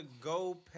go